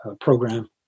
program